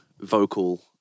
vocal